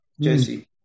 jesse